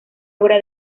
obra